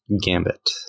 Gambit